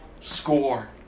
score